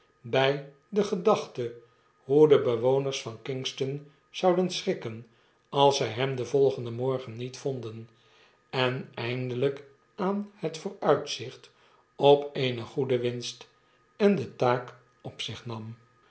bij de gedachte hoe de bewoners van k i n g s t o n zouden schrikken als zij hem den volgenden morgenniet vonden en eindelijk aan het vooruitzicht op eene goede winst en de taak op zich nam